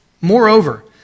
Moreover